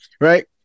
right